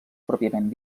pròpiament